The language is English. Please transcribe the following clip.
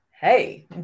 hey